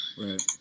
Right